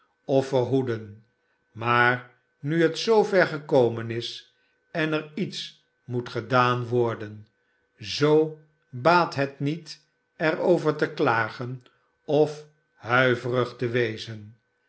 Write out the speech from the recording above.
of verhoeden maar nu het zoover gekomen is en er iets moet gedaan worden zoo baat het niet er over te klagen of huiverig te wezen